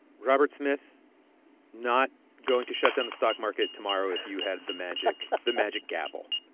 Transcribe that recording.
robert smith not going to shut down the stock market tomorrow if you had the magic the magic gavel.